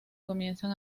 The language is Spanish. comienzan